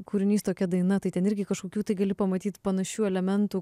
kūrinys tokia daina tai ten irgi kažkokių tai gali pamatyt panašių elementų